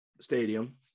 stadium